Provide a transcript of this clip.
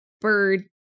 bird